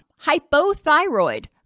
Hypothyroid